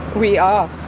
we are,